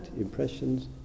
impressions